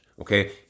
okay